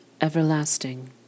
everlasting